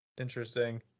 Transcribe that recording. Interesting